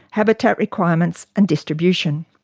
habitat requirements and distribution.